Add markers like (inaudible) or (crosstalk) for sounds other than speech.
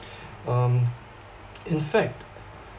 (breath) um in fact